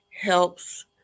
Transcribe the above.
helps